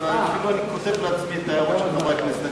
אפילו אני כותב לעצמי את ההערות של חברי הכנסת.